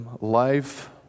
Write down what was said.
life